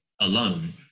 alone